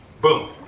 Boom